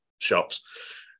shops